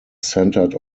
centered